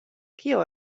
kio